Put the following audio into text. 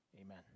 Amen